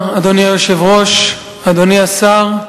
אדוני היושב-ראש, תודה רבה, אדוני השר,